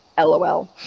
LOL